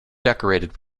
decorated